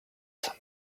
some